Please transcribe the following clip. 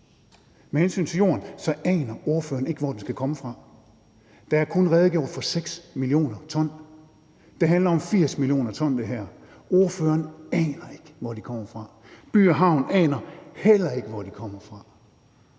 Med hensyn til jorden aner ordføreren ikke, hvor den skal komme fra. Der er kun redegjort for 6 mio. t. Det her handler om 80 mio. t, men ordføreren aner ikke, hvor de skal komme fra. By & Havn aner heller ikke, hvor de kommer fra,